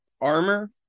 armor